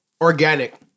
organic